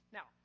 Now